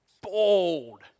bold